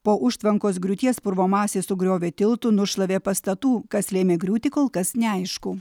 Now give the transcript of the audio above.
po užtvankos griūties purvo masė sugriovė tiltų nušlavė pastatų kas lėmė griūtį kol kas neaišku